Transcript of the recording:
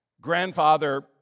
grandfather